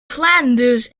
flanders